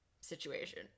situation